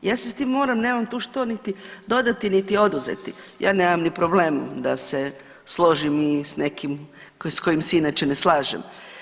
Ja se s tim moram, nemam tu što dodati niti oduzeti, ja nemam ni problem da se složim i s nekim s kojim se inače ne slažem.